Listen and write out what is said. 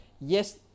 Yes